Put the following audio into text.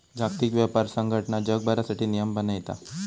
जागतिक व्यापार संघटना जगभरासाठी नियम बनयता